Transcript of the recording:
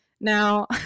Now